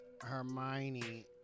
Hermione